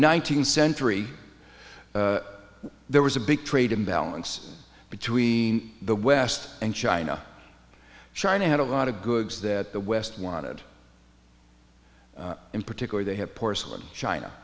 nineteenth century there was a big trade imbalance between the west and china china had a lot of goods that the west wanted in particular they have porcelain china